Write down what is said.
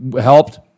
helped